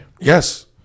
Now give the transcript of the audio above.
yes